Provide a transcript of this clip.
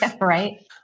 Right